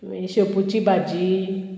मागीर शेपूची भाजी